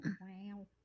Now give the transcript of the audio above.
Wow